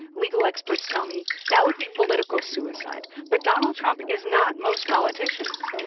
legal experts tell me, that would be political suicide. but donald trump is not most politicians